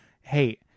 hey